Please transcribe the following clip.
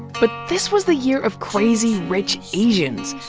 but this was the year of crazy rich asians.